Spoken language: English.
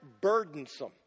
burdensome